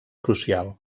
crucial